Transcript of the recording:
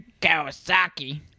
kawasaki